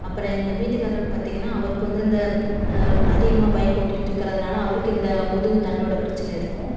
அப்புறம் எங்கள் வீட்டுக்காரருக்கு பார்த்தீங்கன்னா அவருக்கு வந்து இந்த அதிகமாக பைக் ஓட்டிட்ருக்கிறதுனால அவருக்கு இந்த முதுகு தண்டோட பிரச்சனை இருக்கும்